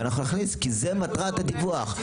ונכניס, כי זו מטרת הדיווח.